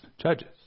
judges